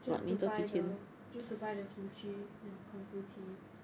just to buy the just to buy the kimchi and kung fu tea